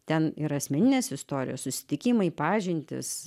ten ir asmeninės istorijos susitikimai pažintys